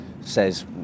says